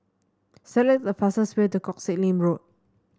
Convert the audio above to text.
select the fastest way to Koh Sek Lim Road